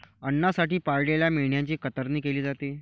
अन्नासाठी पाळलेल्या मेंढ्यांची कतरणी केली जाते